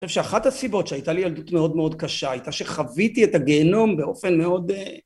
אני חושב שאחת הסיבות שהייתה לי ילדות מאוד מאוד קשה, הייתה שחוויתי את הגהנום באופן מאוד אה...